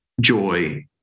joy